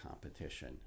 competition